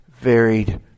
varied